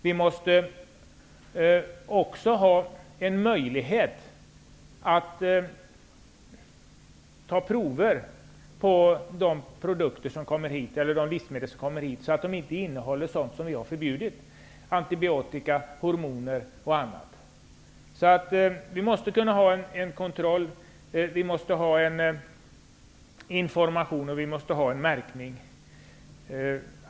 Vi måste också ha en möjlighet att ta prover på de livsmedel som kommer hit, så att de inte innehåller sådant som är förbjudet i Sverige, t.ex. antibiotika och hormoner. Vi måste kunna utföra en kontroll, vi måste sprida information och vi måste ha en märkning.